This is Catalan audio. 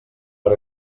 per